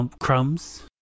crumbs